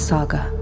Saga